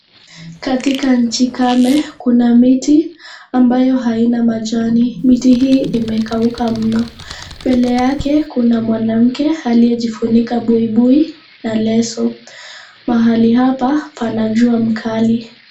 Katika nchi kame kuna miti ambayo haina majani, miti hii imekauka mno. Mbele yake kuna mwanamke aliyejifunika buibui, na leso. Mahali hapa pana jua mkali.